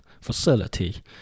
facility